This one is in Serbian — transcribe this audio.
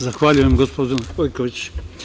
Zahvaljujem, gospođo Gojković.